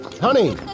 Honey